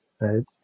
right